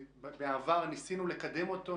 שבעבר כבר ניסינו לקדם אותו,